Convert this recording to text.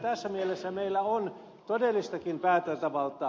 tässä mielessä meillä on todellistakin päätäntävaltaa